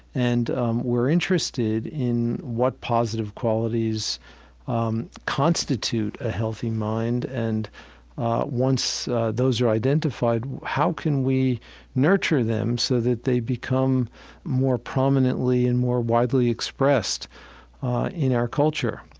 and we're interested in what positive qualities um constitute a healthy mind. and once those are identified, how can we nurture them so that they become more prominently and more widely expressed in our culture?